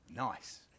nice